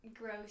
gross